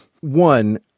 one—